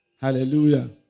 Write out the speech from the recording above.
Hallelujah